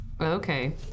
Okay